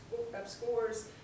upscores